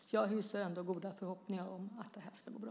Så jag hyser ändå goda förhoppningar om att det här ska gå bra.